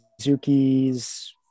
Suzuki's